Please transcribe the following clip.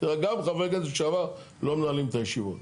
גם חברי כנסת לשעבר לא מנהלים את הישיבות.